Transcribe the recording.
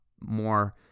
more